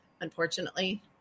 unfortunately